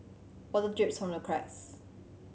water drips from the cracks